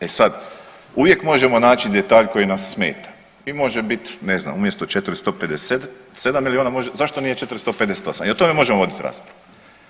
E sad, uvijek možemo naći detalj koji nas smeta i može biti ne znam umjesto 457 miliona može, zašto nije 458 i o tome možemo voditi raspravu.